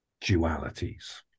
dualities